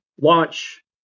launch